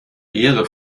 ehre